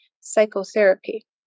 psychotherapy